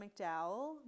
McDowell